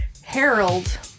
harold